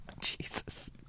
Jesus